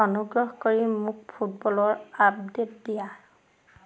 অনুগ্ৰহ কৰি মোক ফুটবলৰ আপডেট দিয়া